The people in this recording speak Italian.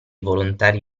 volontari